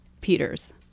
Peters